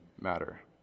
matter